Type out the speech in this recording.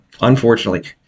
Unfortunately